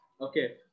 okay